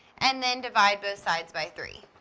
and then divide both sides by three.